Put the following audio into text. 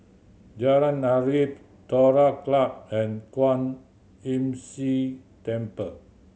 Jalan Arif Terror Club and Kwan Imm See Temple